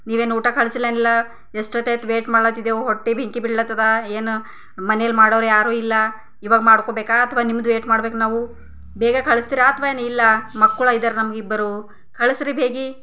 ನೀವೇನು ಊಟ ಕಳಿಸಿಲ್ಲ ಏನಿಲ್ಲ ಎಷ್ಟು ಹೊತ್ತು ಆಯ್ತು ವೈಟ್ ಮಾಡತ್ತಿದೆವು ಹೊಟ್ಟೆ ಬೆಂಕಿ ಬೀಳ್ಲತ್ತದ ಏನು ಮನೆಯಲ್ಲಿ ಮಾಡೋರು ಯಾರು ಇಲ್ಲ ಈವಾಗ ಮಾಡ್ಕೊಬೇಕಾ ಅಥವಾ ನಿಮ್ಮದು ವೈಟ್ ಮಾಡ್ಬೇಕಾ ನಾವು ಬೇಗ ಕಳ್ಸ್ತೀರಾ ಅಥವಾ ಏನು ಇಲ್ಲ ಮಕ್ಕಳ ಇದ್ದಾರೆ ನಮಗೆ ಇಬ್ಬರು ಕಳ್ಸ್ರಿ ಬೇಗ